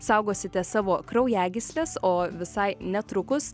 saugosite savo kraujagysles o visai netrukus